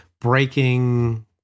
breaking